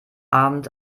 abend